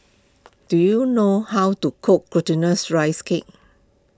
do you know how to cook Glutinous Rice Cake